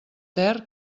ter